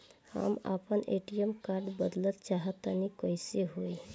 हम आपन ATM card बदलल चाह तनि कइसे होई?